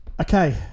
Okay